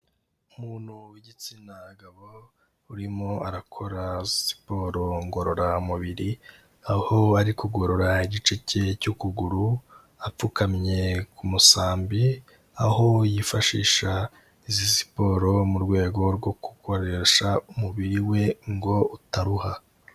Umuntu w'igitsina gabo, urimo arakora siporo ngororamubiri, aho ari kugorora igice cye cy'ukuguru, apfukamye ku musambi aho yifashisha izi siporo mu rwego rwo gukoresha umubiri we ngo utaruha.